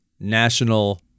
national